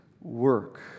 work